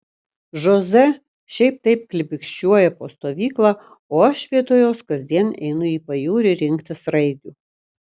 žoze šiaip taip klibikščiuoja po stovyklą o aš vietoj jos kasdien einu į pajūrį rinkti sraigių